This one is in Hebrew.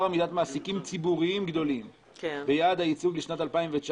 עמידת מעסיקים ציבוריים גדולים ביעד הייצוג לשנת 2019,